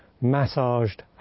massaged